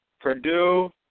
Purdue